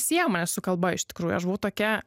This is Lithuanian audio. sieja mane su kalba iš tikrųjų aš buvau tokia